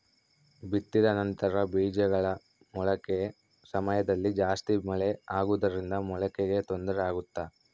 ಬಿತ್ತಿದ ನಂತರ ಬೇಜಗಳ ಮೊಳಕೆ ಸಮಯದಲ್ಲಿ ಜಾಸ್ತಿ ಮಳೆ ಆಗುವುದರಿಂದ ಮೊಳಕೆಗೆ ತೊಂದರೆ ಆಗುತ್ತಾ?